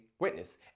witness